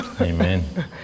Amen